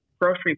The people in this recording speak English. grocery